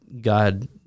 God